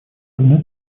вновь